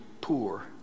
poor